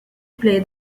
play